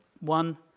One